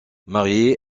marié